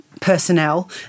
personnel